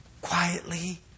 quietly